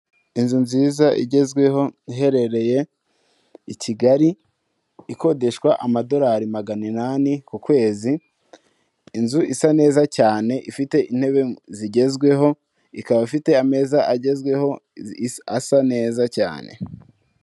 Inzu nziza igezweho, iherereye i Kigali ikodeshwa amadorari magana inani, ku kwezi, inzu isa neza cyane, ifite intebe zigezweho, ikaba ifite ameza agezweho, asa neza cyane.